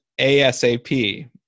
ASAP